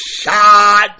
shot